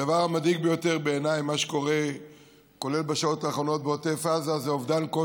הדבר המדאיג ביותר בעיניי במה שקורה בעוטף עזה,